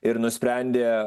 ir nusprendė